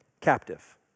Captive